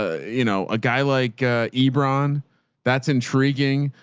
ah you know, a guy like lebron that's intriguing.